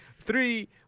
three